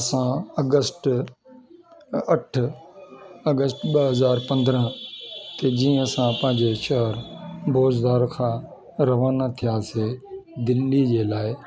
असां अगस्त अठ अगस्त ॿ हज़ार पंद्रहं की जीअं असां पंहिंजे शहरु बुज़दार खां रवाना थियासीं दिल्ली जे लाइ